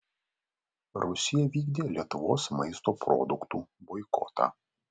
rusija vykdė lietuvos maisto produktų boikotą